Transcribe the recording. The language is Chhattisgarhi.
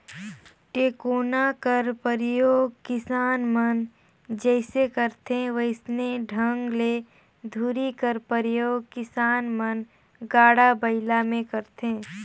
टेकोना कर परियोग किसान मन जइसे करथे वइसने ढंग ले धूरी कर परियोग किसान मन गाड़ा बइला मे करथे